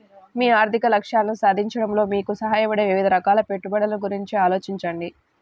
మీ ఆర్థిక లక్ష్యాలను సాధించడంలో మీకు సహాయపడే వివిధ రకాల పెట్టుబడుల గురించి ఆలోచించండి